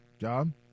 job